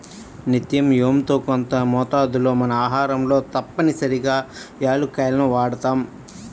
నిత్యం యెంతో కొంత మోతాదులో మన ఆహారంలో తప్పనిసరిగా యాలుక్కాయాలను వాడతాం